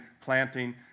planting